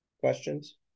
questions